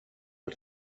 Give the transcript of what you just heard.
els